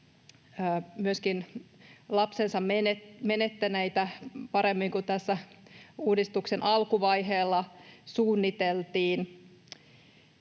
myöskin lapsensa menettäneitä paremmin kuin uudistuksen alkuvaiheilla suunniteltiin.